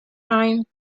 time